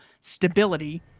stability